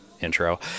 intro